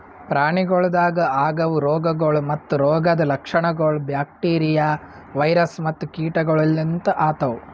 ಪ್ರಾಣಿಗೊಳ್ದಾಗ್ ಆಗವು ರೋಗಗೊಳ್ ಮತ್ತ ರೋಗದ್ ಲಕ್ಷಣಗೊಳ್ ಬ್ಯಾಕ್ಟೀರಿಯಾ, ವೈರಸ್ ಮತ್ತ ಕೀಟಗೊಳಿಂದ್ ಆತವ್